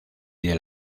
del